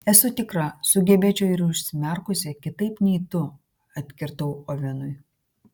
esu tikra sugebėčiau ir užsimerkusi kitaip nei tu atkirtau ovenui